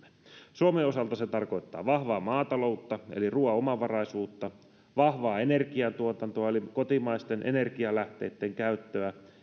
suomen osalta se tarkoittaa vahvaa maataloutta eli ruoan omavaraisuutta vahvaa energiatuotantoa eli kotimaisten energialähteitten käyttöä